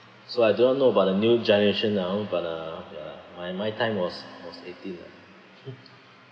so I do not know about the new generation now but uh my my time was was eighteen lah